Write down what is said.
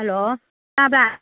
hello ꯇꯥꯕ꯭ꯔꯥ